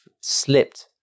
slipped